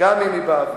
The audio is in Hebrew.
גם אם היא באוויר.